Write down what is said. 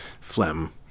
Phlegm